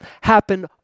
happen